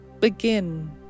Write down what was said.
begin